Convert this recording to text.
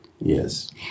Yes